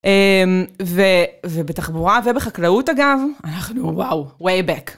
ובתחבורה ובחקלאות אגב, אנחנו וואו, way back.